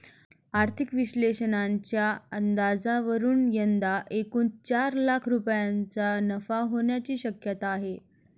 आर्थिक विश्लेषकांच्या अंदाजावरून यंदा एकूण चार लाख रुपयांचा नफा होण्याची शक्यता आहे